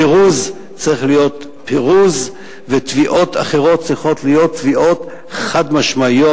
פירוז צריך להיות פירוז ותביעות אחרות צריכות להיות תביעות חד-משמעיות.